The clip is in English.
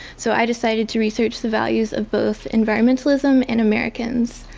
so, i decided to research the values of both environmentalism and americans.